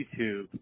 YouTube